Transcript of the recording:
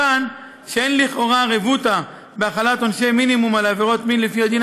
מכאן שאין לכאורה רבותא בהחלת עונשי מינימום על עבירות מין לפי הדין